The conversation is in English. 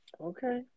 Okay